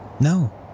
No